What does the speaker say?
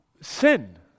Sin